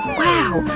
wow!